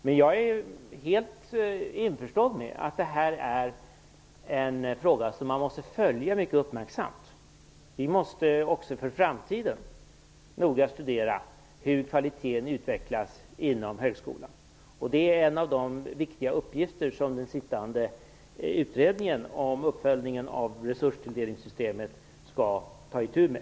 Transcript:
Men jag är helt införstådd med att detta är en fråga som man måste följa mycket uppmärksamt. Vi måste också för framtiden noga studera hur kvaliteten utvecklas inom högskolan. Det är en av de viktiga uppgifter som den sittande utredningen om uppföljningen av resurstilldelningssystemet skall ta itu med.